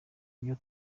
ibyo